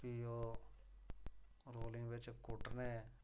फ्ही ओह् रौलें बिच्च कुट्टने